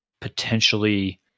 potentially